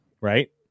right